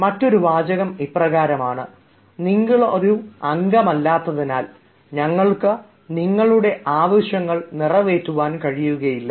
മറ്റൊരു വാചകം ഇപ്രകാരമാണ് നിങ്ങൾ ഒരു അംഗമല്ലാത്തതിനാൽ ഞങ്ങൾക്ക് നിങ്ങളുടെ ആവശ്യങ്ങൾ നിറവേറ്റാൻ കഴിയില്ല